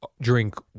drink